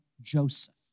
Joseph